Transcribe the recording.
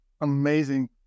Amazing